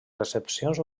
recepcions